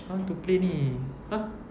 how to play ini !huh!